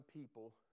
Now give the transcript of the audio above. people